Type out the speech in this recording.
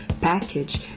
package